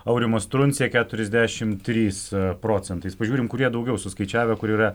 aurimas truncė keturiasdešimt trys procentais pažiūrim kurie daugiau suskaičiavę kur yra